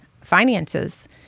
finances